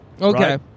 okay